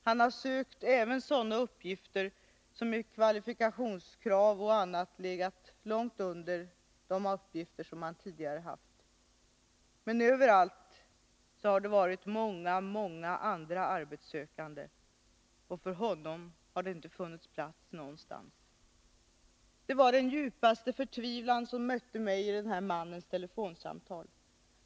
Han har sökt även sådana uppgifter som i fråga om kvalifikationskrav och annat legat långt under de uppgifter som han tidigare haft. Men överallt har det varit många, många andra arbetssökande. För honom har det inte funnits någon plats någonstans. Det var den djupaste förtvivlan som mötte mig i den här mannens telefonsamtal.